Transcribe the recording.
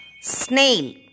snail